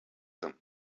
him